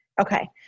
Okay